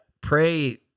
pray